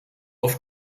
auf